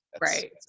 right